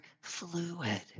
fluid